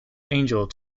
angel